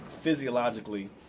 physiologically